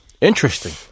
Interesting